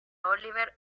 oliver